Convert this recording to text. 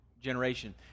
generation